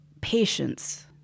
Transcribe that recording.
patience